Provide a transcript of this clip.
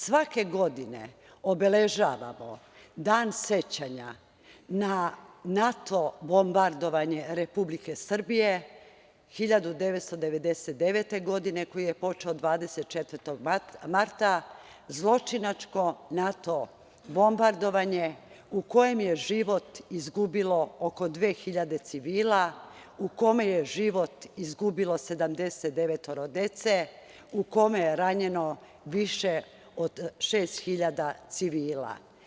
Svake godine obeležavamo Dan sećanja na NATO bombardovanje Republike Srbije 1999. godine, koji je počeo 24. marta zločinačkim NATO bombardovanjem u kojem je život izgubilo oko 2.000 civila, u kome je život izgubilo sedamdeset devetoro dece, u kome je ranjeno više od 6.000 civila.